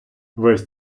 весь